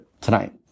tonight